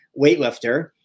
weightlifter